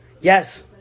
Yes